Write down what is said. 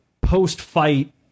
post-fight